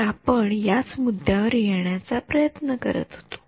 तर आपण याच मुद्द्यावर येण्याचा प्रयत्न करत होतो